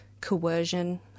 coercion